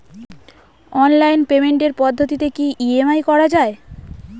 Online পেমেন্টের পদ্ধতিতে কি ই.এম.আই করা যায়?